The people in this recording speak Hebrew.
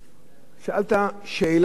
שאלת שאלה מצוינת.